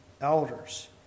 elders